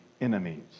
enemies